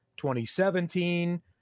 2017